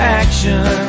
action